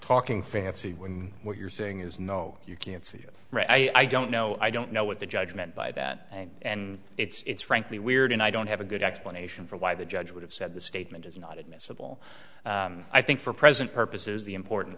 talking fancy when what you're saying is no you can't see i don't know i don't know what the judge meant by that and it's frankly weird and i don't have a good explanation for why the judge would have said the statement is not admissible i think for present purposes the important